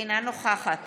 אינה נוכחת